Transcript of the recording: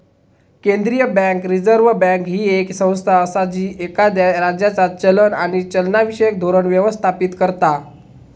केंद्रीय bank, reserve bank, ही येक संस्था असा जी एखाद्या राज्याचा चलन आणि चलनविषयक धोरण व्यवस्थापित करता